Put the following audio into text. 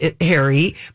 Harry